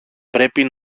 πρέπει